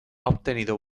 obtenido